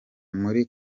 muri